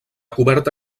coberta